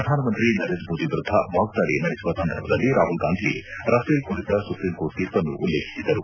ಪ್ರಧಾನ ಮಂತ್ರಿ ನರೇಂದ್ರ ಮೋದಿ ವಿರುದ್ದ ವಾಗ್ದಾಳಿ ನಡೆಸುವ ಸಂದರ್ಭದಲ್ಲಿ ರಾಹುಲ್ಗಾಂಧಿ ರಾಫೇಲ್ ಕುರಿತ ಸುಪ್ರೀಂ ಕೋರ್ಟ್ ತೀರ್ಪನ್ನು ಉಲ್ಲೇಖಿಸಿದ್ದರು